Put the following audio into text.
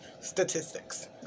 statistics